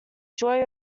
joy